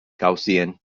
gaussian